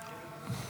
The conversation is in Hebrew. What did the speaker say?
מכובדי היושב-ראש,